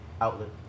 outlet